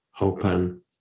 open